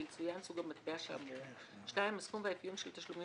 ויצוין סוג המטבע כאמור; הסכום והאפיון של תשלומים